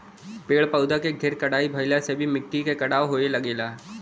पेड़ पौधा के ढेर कटाई भइला से भी मिट्टी के कटाव होये लगेला